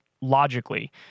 logically